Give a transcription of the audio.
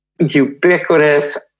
ubiquitous